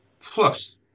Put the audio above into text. plus